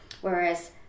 whereas